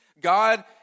God